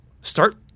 start